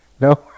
No